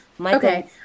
Okay